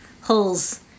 holes